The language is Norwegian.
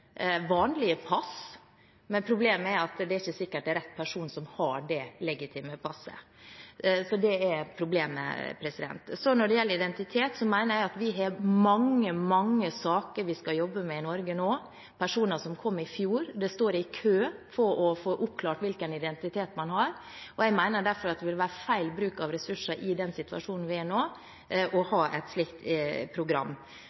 pass, men problemet er at det ikke er sikkert at det er rett person som har det legitime passet. Det er et problem. Når det gjelder identitet, mener jeg at vi har mange, mange saker vi skal jobbe med i Norge nå. Personer som kom i fjor, står i kø for å få oppklart hvilken identitet man har. Jeg mener derfor at det vil være feil bruk av ressurser i den situasjonen vi er i nå, å ha et slikt program.